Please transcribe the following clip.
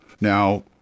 Now